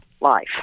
life